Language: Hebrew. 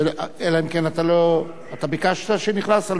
ביקשת כשנכנסת?